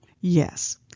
Yes